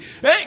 hey